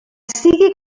sigui